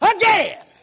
again